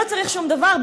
לא צריך שום דבר,